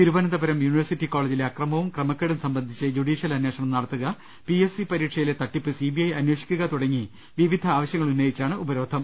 Thiruvananthapuram university കോളജിലെ അക്രമവും ക്രമക്കേടും സംബന്ധിച്ച് ജുഡീഷ്യൽ അന്വേഷണം നടത്തുക പിഎസ് സി പരീക്ഷയിലെ തട്ടിപ്പ് സിബിഐ അന്വേഷിക്കുക തുടങ്ങി വിവിധ ആവശ്യങ്ങൾ ഉന്നയിച്ചാണ് ഉപരോധം